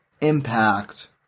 impact